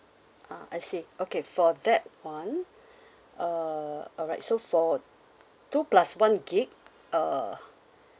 uh I see okay for that one uh alright so for two plus one gig uh